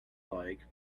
like